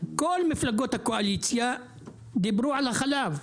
כל מפלגות הקואליציה דיברו על החלב.